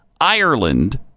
Ireland